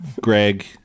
Greg